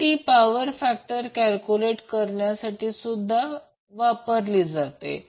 तर ती power factor calculate करण्यासाठी सुद्धा वापरली जाते